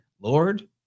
lord